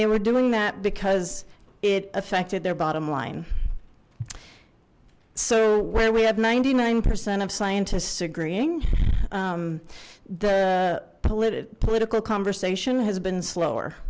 they were doing that because it affected their bottom line so where we have ninety nine percent of scientists agreeing the political conversation has been slower